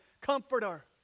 comforter